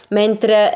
mentre